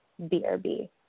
BRB